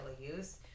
use